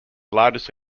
largest